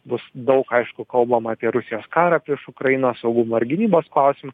bus daug aišku kalbama apie rusijos karą prieš ukrainą saugumo ir gynybos klausimą